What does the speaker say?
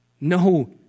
No